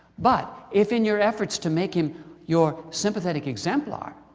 but if in your efforts to make him your sympathetic exemplar,